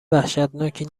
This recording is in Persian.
وحشتناکی